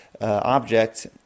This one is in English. object